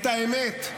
את האמת,